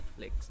Netflix